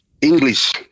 english